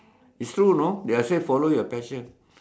it's true you know they're say follow your passion